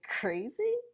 Crazy